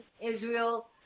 Israel